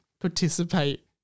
participate